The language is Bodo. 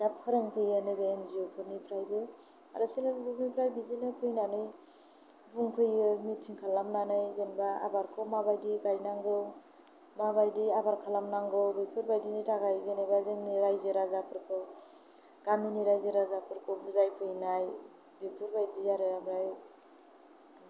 दा फोरोंफैयो नैबे एन जि अ फोरनिफ्रायबो आरो सेल्फ हेल्प ग्रुपनिफ्राय बिदिनो फैनानै बुंफैयो मिथिं खालामनानै जेनेबा आबादखौ माबायदि गायनांगौ माबायदि आबाद खालामनांगौ बेफोरबायदिनि थाखाय जेनेबा जोंनि रायजो राजाफोरखौ गामिनि रायजो राजाफोरखौ बुजायफैनाय बेफोरबायदि आरो ओमफ्राय बिदिनो